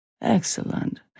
Excellent